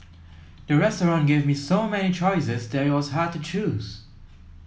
the restaurant gave me so many choices that it was hard to choose